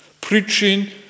preaching